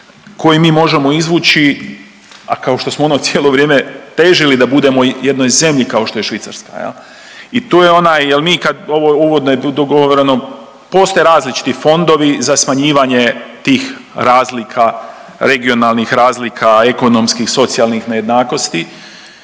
koji mi možemo izvući, a kao što ono cijelo vrijeme težili da budemo jednoj zemlji kao što je Švicarska. I tu je onaj jel mi kad uvodno je dogovoreno postoje različiti fondovi za smanjivanje tih razlika, regionalnih razlika, ekonomskih, socijalnih nejednakosti